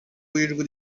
w’ijwi